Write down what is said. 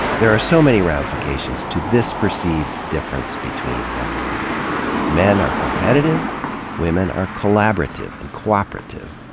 there are so many ramifications to this perceived difference between men and women men are competitive women are collaborative and cooperative.